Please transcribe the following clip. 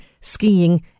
skiing